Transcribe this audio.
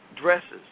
dresses